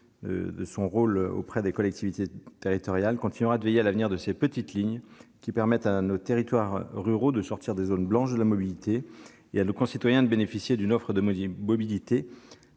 de son rôle auprès des collectivités territoriales, continuera de veiller à l'avenir de ces petites lignes, qui permettent à nos territoires ruraux de sortir des zones blanches de la mobilité et à nos concitoyens de bénéficier d'une offre de mobilité